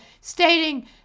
stating